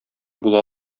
була